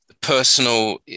personal